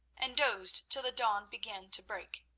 and dozed till the dawn began to break.